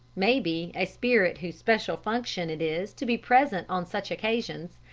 maybe, a spirit whose special function it is to be present on such occasions,